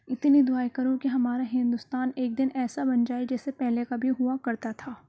اتنی دعائیں کروں کہ ہمارا ہندوستان ایک دِن ایسا بن جائے جیسے پہلے کبھی ہُوا کرتا تھا